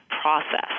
process